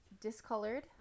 discolored